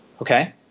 okay